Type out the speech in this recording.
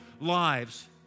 lives